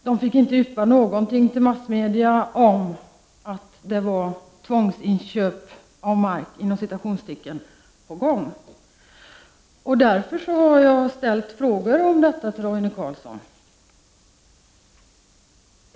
De fick inte yppa någonting till massmedia om att det var ”tvångsinköp av mark” på gång. Det är därför som jag har ställt frågor om detta till Roine Carlsson.